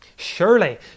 surely